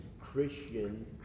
christian